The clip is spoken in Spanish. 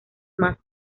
más